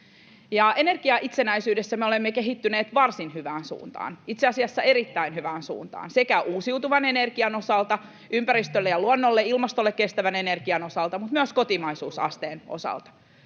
Energiaitsenäisyydessä me olemme kehittyneet varsin hyvään suuntaan, itse asiassa erittäin hyvään suuntaan, sekä uusiutuvan energian osalta — ympäristölle, luonnolle, ilmastolle kestävän energian osalta — että myös kotimaisuusasteen osalta.